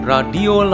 Radio